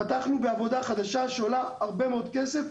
פתחנו בעבודה חדשה שעולה הרבה מאוד כסף,